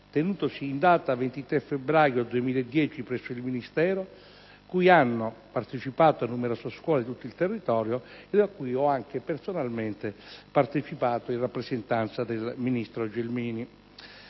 tenutosi in data 23 febbraio 2010 presso il Ministero, cui hanno partecipato numerose scuole di tutto il territorio nazionale e a cui ho personalmente presenziato, in rappresentanza del ministro Gelmini.